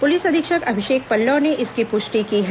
police अधीक्षक अभिषेक पल्लव ने इसकी पुष्टि की है